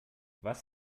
was